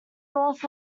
north